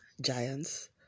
giants